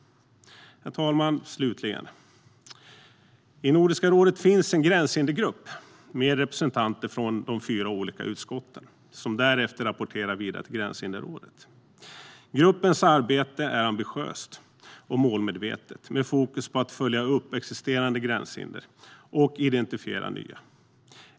Herr talman! I Nordiska rådet finns en gränshindergrupp med representanter från de fyra olika utskotten som därefter rapporterar vidare till Gränshinderrådet. Gruppens arbete är ambitiöst och målmedvetet med fokus på att följa upp existerande gränshinder och identifiera nya.